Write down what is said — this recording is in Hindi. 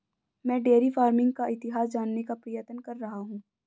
मैं डेयरी फार्मिंग का इतिहास जानने का प्रयत्न कर रहा हूं